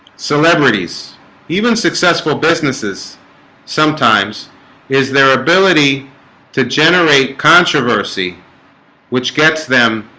celebrities even successful businesses sometimes is their ability to generate? controversy which gets them?